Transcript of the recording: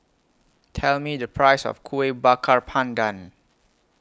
Tell Me The Price of Kueh Bakar Pandan